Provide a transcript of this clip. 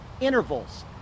intervals